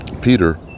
Peter